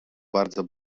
bardzo